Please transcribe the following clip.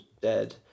dead